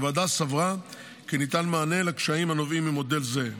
הוועדה סברה כי ניתן מענה לקשיים הנובעים ממודל זה,